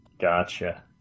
Gotcha